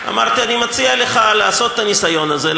אמרתי: אני מציע לך לעשות את הניסיון הזה,